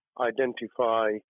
identify